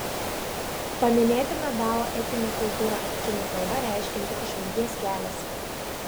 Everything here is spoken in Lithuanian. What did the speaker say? paminėtina dao etinė kultūra kinų kalba reiškianti išminties kelias